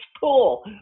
Pool